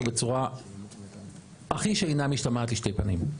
בצורה הכי שאינה משתמעת לשתי פנים.